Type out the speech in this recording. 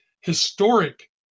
historic